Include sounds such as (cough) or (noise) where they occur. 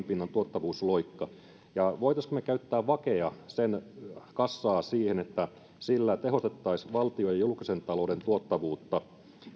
(unintelligible) pinnan tuottavuusloikka voisimmeko me käyttää vaken kassaa siihen että sillä tehostettaisiin valtion ja julkisen talouden tuottavuutta